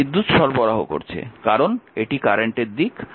এটি বিদ্যুৎ সরবরাহ করছে কারণ এটি কারেন্টের দিক